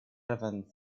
even